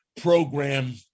program